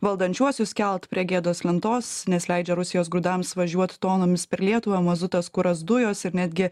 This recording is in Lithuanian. valdančiuosius kelt prie gėdos lentos nes leidžia rusijos grūdams važiuot tonomis per lietuvą mazutas kuras dujos ir netgi